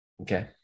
Okay